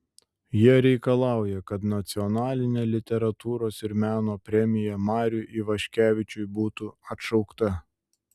jie reikalauja kad nacionalinė literatūros ir meno premija mariui ivaškevičiui būtų atšaukta